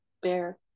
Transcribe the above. bear